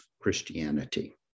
Christianity